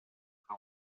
for